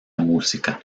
música